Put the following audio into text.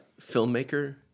filmmaker